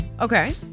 okay